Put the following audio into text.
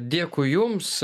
dėkui jums